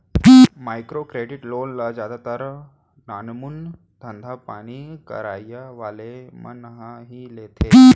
micro credit loan ल जादातर नानमून धंधापानी करइया वाले मन ह ही लेथे